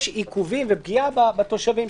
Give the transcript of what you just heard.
יש עיכובים ופגיעה בתושבים,